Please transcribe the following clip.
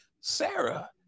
Sarah